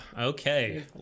okay